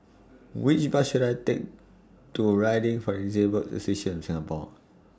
Which Bus should I Take to Riding For The Disabled Association of Singapore